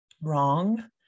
wrong